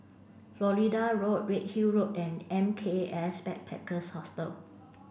Florida Road Redhill Road and M K S Backpackers Hostel